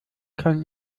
kann